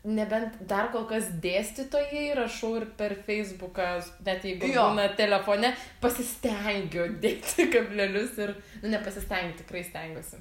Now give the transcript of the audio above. nebent dar kol kas dėstytojai rašau ir per feisbuką s net jeigu būna telefone pasistengiu dėti kablelius ir nepasistengiu tikrai stengiuosi